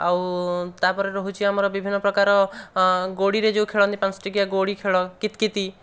ଆଉ ତାପରେ ରହୁଛି ଆମର ବିଭିନ୍ନ ପ୍ରକାର ଗୋଡ଼ି ରେ ଯେଉଁ ଖେଳନ୍ତି ପାଞ୍ଚ ଟିକିଆ ଗୋଡ଼ି ଖେଳ କିତିକିତି